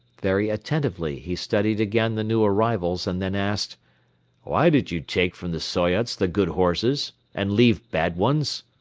very attentively he studied again the new arrivals and then asked why did you take from the soyots the good horses and leave bad ones?